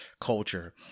culture